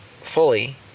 fully